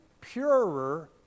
purer